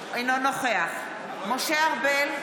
אינו נוכח משה ארבל,